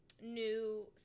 new